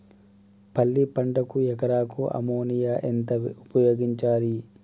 పల్లి పంటకు ఎకరాకు అమోనియా ఎంత ఉపయోగించాలి?